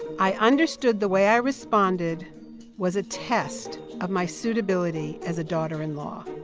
i understood the way i responded was a test of my suitability as a daughter-in-law.